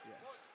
Yes